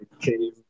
came